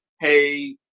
hey